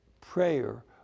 prayer